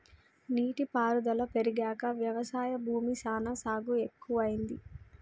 నీటి పారుదల పెరిగాక వ్యవసాయ భూమి సానా సాగు ఎక్కువైంది